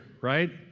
right